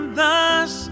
thus